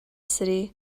city